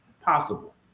possible